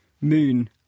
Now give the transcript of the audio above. moon